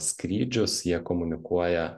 skrydžius jie komunikuoja